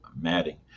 matting